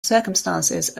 circumstances